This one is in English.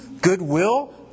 goodwill